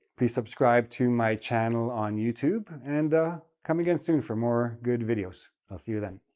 please subscribe to my channel on youtube and come again soon for more good videos. i'll see you then.